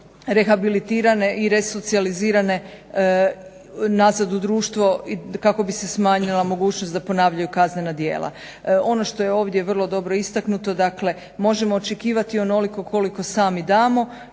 rehabilitirane i resocijalizirane nazad u društvo kako bi se smanjila mogućnost da ponavljaju kaznena djela. Ono što je ovdje vrlo dobro istaknuto, dakle možemo očekivati onoliko koliko sami damo